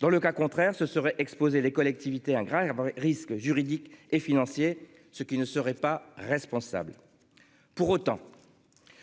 Dans le cas contraire, ce serait exposées les collectivités un grave risque juridique et financier, ce qui ne serait pas responsable. Pour autant.